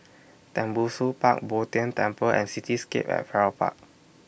Tembusu Park Bo Tien Temple and Cityscape At Farrer Park